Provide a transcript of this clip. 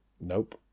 nope